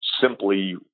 simply